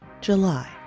July